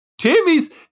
Timmy's